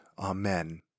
Amen